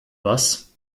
was